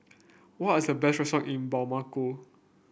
what are the best restaurant in Bamako